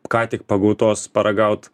ką tik pagautos paragaut